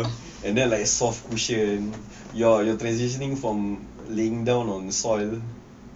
and then like soft cushioned your your transitioning from laying down on the soil